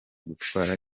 gutwara